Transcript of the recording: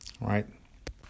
right